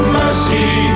mercy